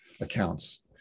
accounts